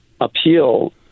appeal